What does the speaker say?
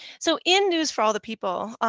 so in news for all the people,